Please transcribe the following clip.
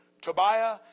Tobiah